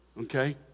okay